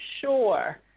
sure